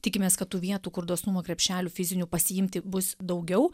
tikimės kad tų vietų kur dosnumo krepšelių fizinių pasiimti bus daugiau